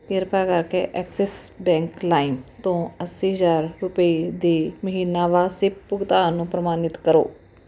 ਕਿਰਪਾ ਕਰ ਕੇ ਐਕਸਿਸ ਬੈਂਕ ਲਾਈਮ ਤੋਂ ਅੱਸੀ ਹਜ਼ਾਰ ਰੁਪਏ ਦੇ ਮਹੀਨਾਵਾਰ ਸਿਪ ਭੁਗਤਾਨ ਨੂੰ ਪ੍ਰਮਾਣਿਤ ਕਰੋ